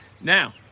Now